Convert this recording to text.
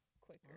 quicker